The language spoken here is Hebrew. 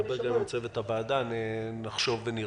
נדבר גם עם צוות הוועדה, נחשוב ונראה.